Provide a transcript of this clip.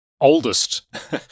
oldest